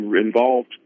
involved